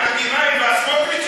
על D9 והסמוטריצים?